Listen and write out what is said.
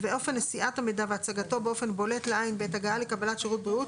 ואופן נשיאת המידע והצגתו באופן בולט לעין בעת הגעה לקבלת שירות בריאות